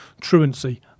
Truancy